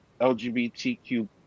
LGBTQ